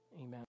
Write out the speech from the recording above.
Amen